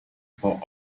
for